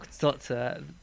Doctor